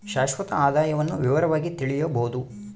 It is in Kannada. ಶಾಶ್ವತ ಆದಾಯವನ್ನು ವಿವರವಾಗಿ ತಿಳಿಯಬೊದು